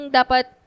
dapat